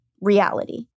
reality